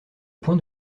point